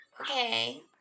Okay